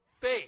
faith